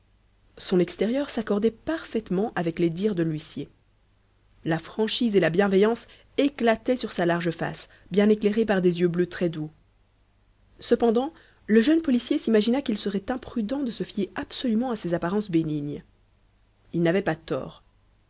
son extérieur s'accordait parfaitement avec les dires de l'huissier la franchise et la bienveillance éclataient sur sa large face bien éclairée par des yeux bleus très-doux cependant le jeune policier s'imagina qu'il serait imprudent de se fier absolument à ces apparences bénignes il n'avait pas tort